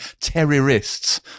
terrorists